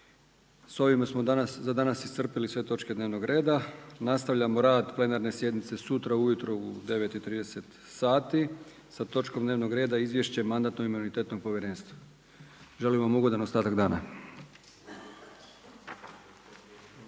S ovime smo danas, za danas iscrpili sve točke dnevnog reda. Nastavljamo rad plenarne sjednice sutra ujutro u 9,30 sati, sa točkom dnevnog reda Izvješće Mandatno-imunitetnog povjerenstva. Želim vam ugodan ostatak dana.